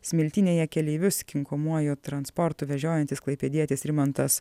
smiltynėje keleivius kinkomuoju transportu vežiojantis klaipėdietis rimantas